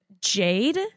jade